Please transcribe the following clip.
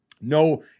No